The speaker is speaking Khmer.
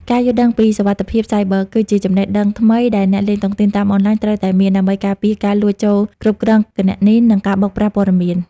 ការយល់ដឹងពី "សុវត្ថិភាពសាយប័រ" គឺជាចំណេះដឹងថ្មីដែលអ្នកលេងតុងទីនតាមអនឡាញត្រូវតែមាន ដើម្បីការពារការលួចចូលគ្រប់គ្រងគណនី និងការបោកប្រាស់ព័ត៌មាន។